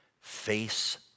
face